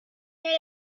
had